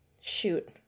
Shoot